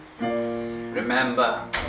Remember